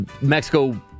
Mexico